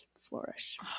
Flourish